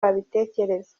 babitekereza